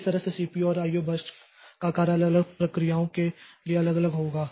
इस तरह से सीपीयू और आईओ बर्स्ट का आकार अलग अलग प्रक्रियाओं के लिए अलग अलग होगा